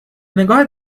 نگاه